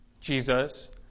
Jesus